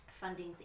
funding